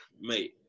Mate